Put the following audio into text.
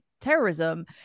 terrorism